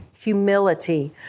humility